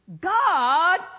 God